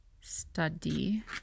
study